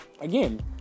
again